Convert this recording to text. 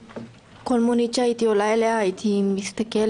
כל מונית שהייתי עולה אליה הייתי מסתכלת,